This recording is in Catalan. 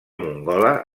mongola